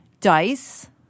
Dice